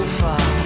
far